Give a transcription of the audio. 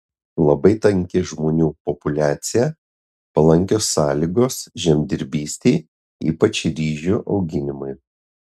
labai tanki žmonių populiacija palankios sąlygos žemdirbystei ypač ryžių auginimui